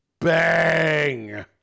Bang